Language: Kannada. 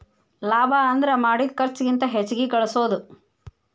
ಲಾಭ ಅಂದ್ರ ಮಾಡಿದ್ ಖರ್ಚಿಗಿಂತ ಹೆಚ್ಚಿಗಿ ಗಳಸೋದು